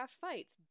fights